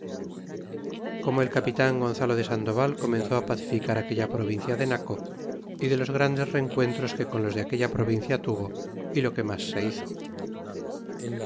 como el capitán gonzalo de sandoval comenzó á pacificar aquella provincia de naco y de los grandes rencuentros que con los de aquella provincia tuvo y lo que mas se hizo